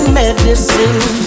medicine